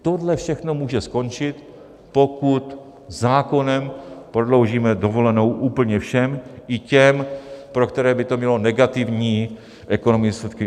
Tohle všechno může skončit, pokud zákonem prodloužíme dovolenou úplně všem, i těm, pro které by to mělo negativní ekonomické následky.